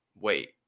Wait